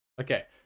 Okay